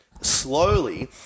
slowly